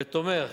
ותומך,